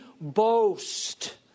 boast